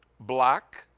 black.